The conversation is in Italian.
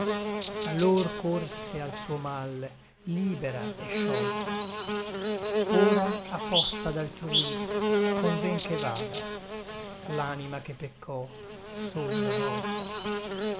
allor corse al suo mal libera et sciolta ora a posta d'altrui conven che vada l'anima che peccò sol una volta